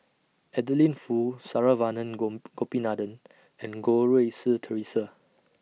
Adeline Foo Saravanan Gopinathan and Goh Rui Si Theresa